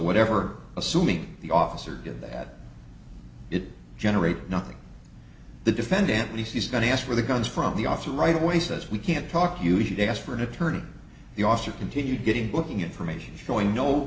whatever assuming the officer did that it generated nothing the defendant least he's going to ask for the guns from the office right away says we can't talk you should ask for an attorney the officer continued getting booking information showing no